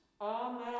Amen